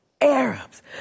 Arabs